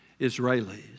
Israelis